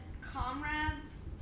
comrades